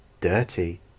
dirty